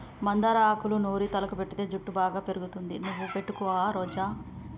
మందార ఆకులూ నూరి తలకు పెటితే జుట్టు బాగా పెరుగుతుంది నువ్వు పెట్టుకుంటావా రోజా